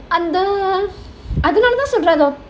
அது வந்து:adhu vandhu